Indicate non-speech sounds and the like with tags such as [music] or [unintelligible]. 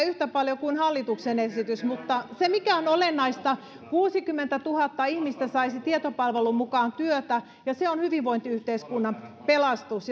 [unintelligible] yhtä paljon kuin hallituksen esitys mutta se mikä on olennaista kuusikymmentätuhatta ihmistä saisi tietopalvelun mukaan työtä ja se on hyvinvointiyhteiskunnan pelastus [unintelligible]